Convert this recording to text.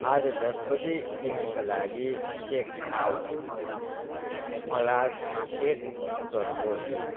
आज दस बजी बिहानका लागि चेकआउट अलार्म सेट गर्नुहोस्